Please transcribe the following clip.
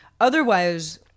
Otherwise